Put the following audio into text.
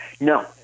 No